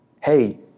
hey